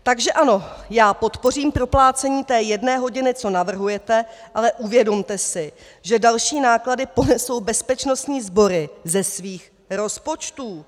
Takže ano, já podpořím proplácení té jedné hodiny, co navrhujete, ale uvědomte si, že další náklady ponesou bezpečnostní sbory ze svých rozpočtů.